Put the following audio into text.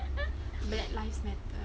black lives matter